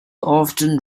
often